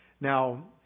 Now